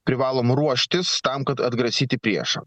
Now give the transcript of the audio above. privalom ruoštis tam kad atgrasyti priešą